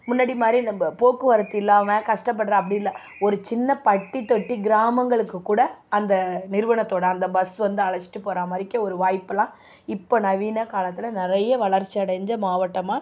முன்னாடி மாதிரி நம்ம போக்குவரத்து இல்லாமல் கஷ்டப்படுறோம் அப்படி இல்லை ஒரு சின்ன பட்டித் தொட்டி கிராமங்களுக்கு கூட அந்த நிறுவனத்தோடய அந்த பஸ் வந்து அழைச்சிட்டு போகிற மாதிரிக்க ஒரு வாய்ப்பெல்லாம் இப்போ நவீன காலத்தில் நிறைய வளர்ச்சி அடைஞ்ச மாவட்டமாக